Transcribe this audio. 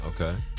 okay